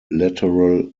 lateral